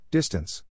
Distance